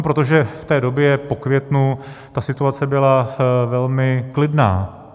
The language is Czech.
No protože v té době po květnu ta situace byla velmi klidná.